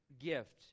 gift